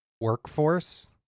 workforce